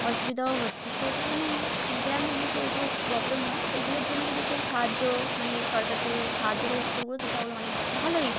অসুবিধাও হচ্ছে সেই কারণে গ্রামের দিকে এগুলো একটু প্রবলেম হয় এগুলোর জন্য যদি কেউ সাহায্য মানে সরকার থেকে যদি সাহায্য করে স্কুলগুলোতে তাহলে অনেক ভালোই হয়